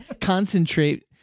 concentrate